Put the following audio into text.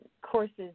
courses